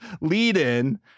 lead-in